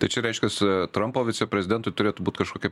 tai čia reiškias trampo viceprezidentui turėtų būt kažkokie